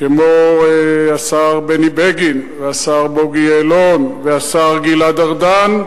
כמו השר בני בגין והשר בוגי יעלון והשר גלעד ארדן,